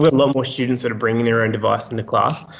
but lot more students that are bringing their own device into class,